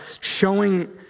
showing